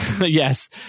Yes